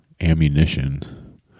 ammunition